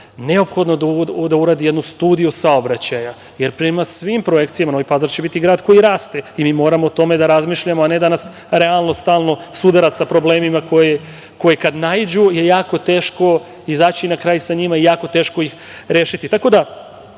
neophodno da uradi jednu studiju saobraćaja, jer prema svim projekcijama Novi Pazar će biti grad koji raste i mi moramo o tome da razmišljamo, a ne da nas realnost stalno sudara sa problemima koji kada naiđu je jako teško izaći na kraj sa njima i jako teško rešiti. Tako